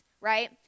right